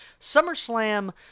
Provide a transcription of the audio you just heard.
SummerSlam